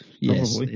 Yes